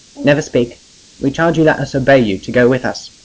never speak we charge you let us obey you to go with us.